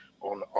on